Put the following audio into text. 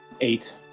Eight